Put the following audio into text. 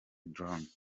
drones